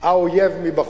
האויב מבחוץ.